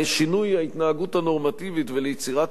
לשינוי ההתנהגות הנורמטיבית וליצירת